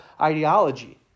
ideology